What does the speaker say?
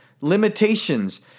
limitations